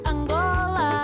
Angola